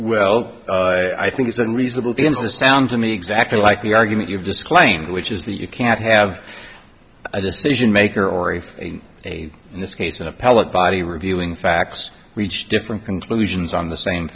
well i think it's unreasonable begins to sound to me exactly like the argument you've disclaimed which is that you can't have a decision maker or if a in this case an appellate body reviewing facts reach different conclusions on the same